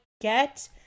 get